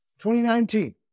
2019